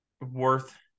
worth